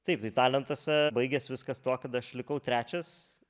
taip tai talentuose baigės viskas tuo kad aš likau trečias